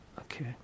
Okay